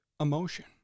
emotion